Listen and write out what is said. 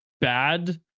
bad